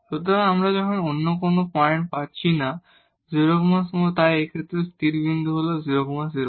সুতরাং আমরা তখন অন্য কোন পয়েন্ট পাচ্ছি না 0 0 তাই এই ক্ষেত্রে একটি স্টেসেনারি পয়েন্ট হল 0 0